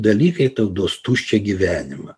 dalykai tau duos tuščią gyvenimą